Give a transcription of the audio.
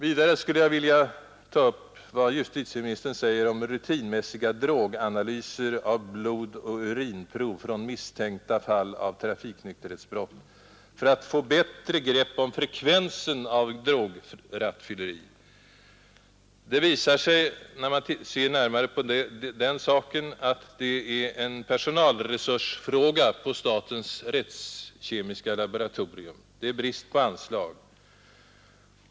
Vidare skulle jag vilja ta upp vad justitieministern säger om rutinmässiga droganalyser av blodoch urinprov från misstänkta fall av trafiknykterhetsbrott för att få bättre grepp om frekvensen av drograttfylleri. Det visar sig, när man ser närmare på den saken, att det är en personalresursfråga på statens rättskemiska laboratorium. Där har man brist på anslag.